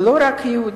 ולא רק יהודים,